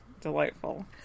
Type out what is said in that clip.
Delightful